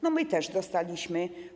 No my też dostaliśmy.